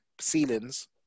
ceilings